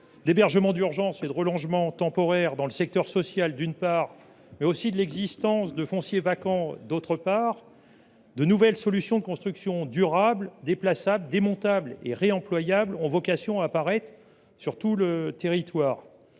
d’hébergement d’urgence et de solutions de relogement temporaire dans le secteur social, d’une part, et de l’existence de foncier vacant, d’autre part, de nouvelles solutions de construction durables, déplaçables, démontables et réemployables ont vocation à apparaître sur tout le territoire.